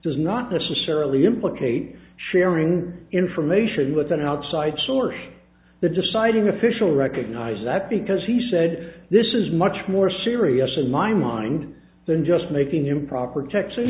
does not necessarily implicate sharing information with an outside source the deciding official recognize that because he said this is much more serious in my mind than just making improper